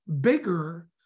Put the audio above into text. bigger